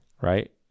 right